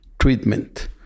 treatment